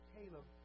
Caleb